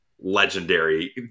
legendary